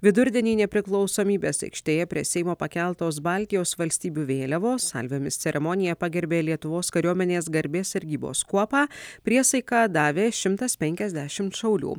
vidurdienį nepriklausomybės aikštėje prie seimo pakeltos baltijos valstybių vėliavos salvėmis ceremoniją pagerbė lietuvos kariuomenės garbės sargybos kuopą priesaiką davė šimtas penkiasdešim šaulių